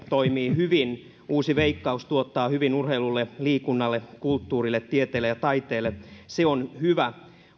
toimii hyvin uusi veikkaus tuottaa hyvin urheilulle liikunnalle kulttuurille tieteelle ja taiteelle se on hyvä